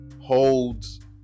holds